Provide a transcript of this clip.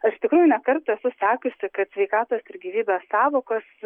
iš tikrųjų ne kartą esu sakiusi kad sveikatos ir gyvybės sąvokos